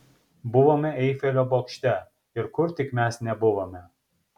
buvome eifelio bokšte ir kur tik mes nebuvome